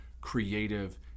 creative